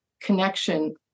connection